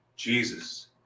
Jesus